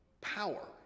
power